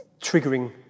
triggering